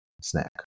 snack